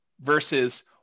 versus